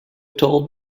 told